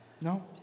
No